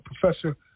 Professor